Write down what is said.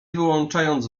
wyłączając